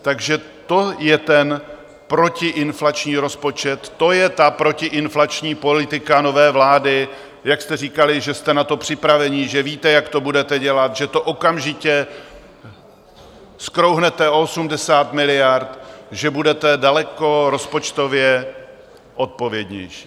Takže to je ten protiinflační rozpočet, to je ta protiinflační politika nové vlády, jak jste říkali, že jste na to připraveni, že víte, jak to budete dělat, že to okamžitě zkrouhnete o 80 miliard, že budete daleko rozpočtově odpovědnější.